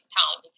town